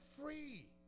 free